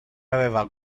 aveva